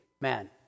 man